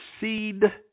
seed